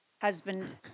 husband